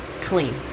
clean